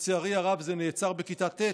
לצערי הרב, זה נעצר בכיתה ט'.